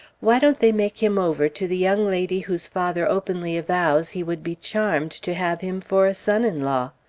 why don't they make him over to the young lady whose father openly avows he would be charmed to have him for a son-in-law?